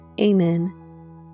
Amen